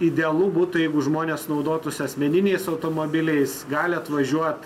idealu būtų jeigu žmonės naudotųsi asmeniniais automobiliais gali atvažiuot